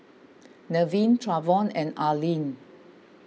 Nevin Travon and Arlene